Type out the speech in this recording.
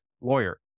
lawyer